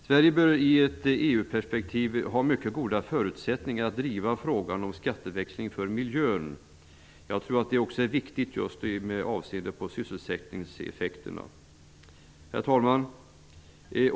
Sverige bör i ett EU-perspektiv ha mycket goda förutsättningar att driva frågan om skatteväxling för miljöns skull. Jag tror att det också är viktigt just med avseende på sysselsättningseffekterna. Herr talman!